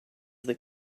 that